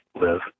live